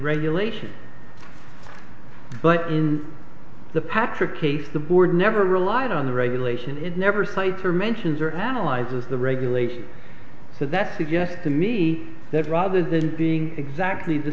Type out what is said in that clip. regulation but in the patrick case the board never relied on the regulation it never cites or mentions or analyzes the regulations so that suggests to me that rather than seeing exactly the